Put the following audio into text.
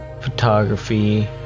photography